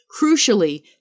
Crucially